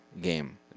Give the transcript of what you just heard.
game